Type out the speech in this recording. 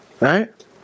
right